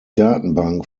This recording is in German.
datenbank